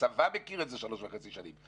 הצבא מכיר את זה שלוש וחצי שנים.